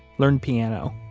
learned piano,